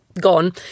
gone